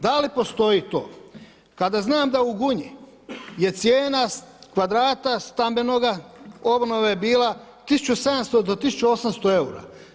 Da li postoji to, kada znam da u Gunji je cijena kvadrata stambenoga, obnova je bila 1700-1800 eura.